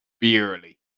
barely